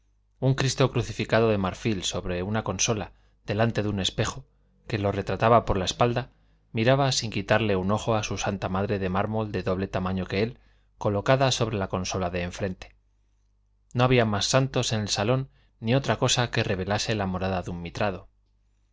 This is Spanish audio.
un cristo crucificado de marfil sobre una consola delante de un espejo que lo retrataba por la espalda miraba sin quitarle un ojo a su santa madre de mármol de doble tamaño que él colocada sobre la consola de enfrente no había más santos en el salón ni otra cosa que revelase la morada de un mitrado